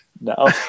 No